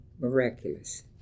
miraculous